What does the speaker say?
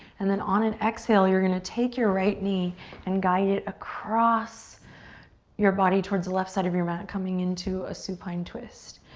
and then on an exhale, you're gonna take your right knee and guide it across your body towards the left side of your mat, coming into a supine twist.